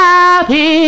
Happy